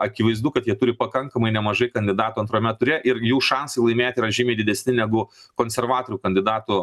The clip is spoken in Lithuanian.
akivaizdu kad jie turi pakankamai nemažai kandidatų antrame ture ir jų šansai laimėt yra žymiai didesni negu konservatorių kandidatų